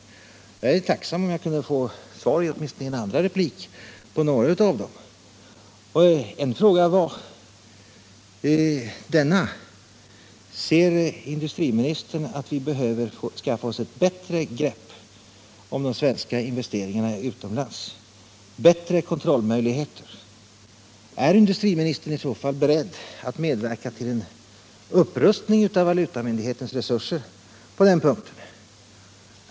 Jag är tacksam om jag får svar åtminstone i en andra replik på några av dem. Jag frågade bl.a.: Anser industriministern att vi behöver skaffa oss bättre kontrollmöjligheter för de svenska investeringarna utomlands? Är industriministern i så fall beredd att medverka till en upprustning av valutamyndighetens resurser?